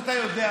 אתה יודע,